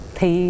Thì